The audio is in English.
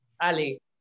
Ali